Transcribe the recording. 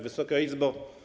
Wysoka Izbo!